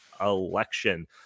election